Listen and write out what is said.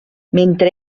mentre